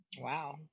Wow